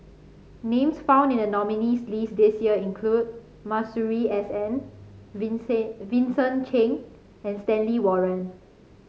names found in the nominees' list this year include Masuri S N Vincent Cheng and Stanley Warren